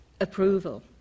Approval